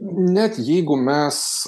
net jeigu mes